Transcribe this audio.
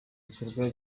bikorwa